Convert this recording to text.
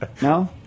No